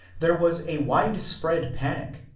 there was a widespread panic,